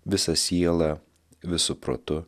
visa siela visu protu